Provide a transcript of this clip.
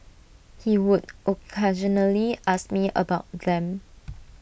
he would occasionally ask me about them